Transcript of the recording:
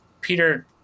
Peter